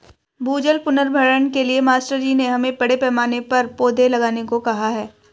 भूजल पुनर्भरण के लिए मास्टर जी ने हमें बड़े पैमाने पर पौधे लगाने को कहा है